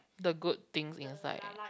the good things inside